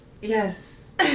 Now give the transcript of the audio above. Yes